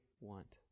want